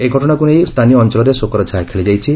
ଏହି ଘଟଶାକୁ ନେଇ ସ୍ତାନୀୟ ଅଞଳରେ ଶୋକର ଛାୟା ଖେଳିଯାଇଛି